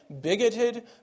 bigoted